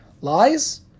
Lies